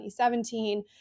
2017